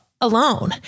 alone